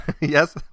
Yes